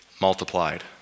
multiplied